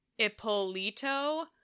Ippolito